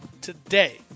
today